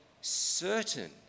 certain